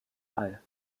all